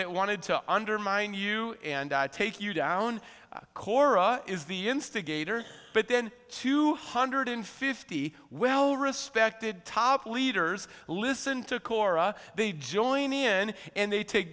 that wanted to undermine you and take you down cora is the instigator but then two hundred fifty well respected top leaders listen to cora they join in and they t